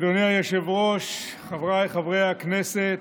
אדוני היושב-ראש, חבריי חברי הכנסת,